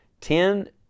Ten